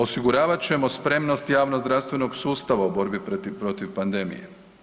Osiguravat ćemo spremnost javnozdravstvenog sustava u borbi protiv pandemije.